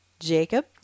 Jacob